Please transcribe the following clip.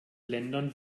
ländern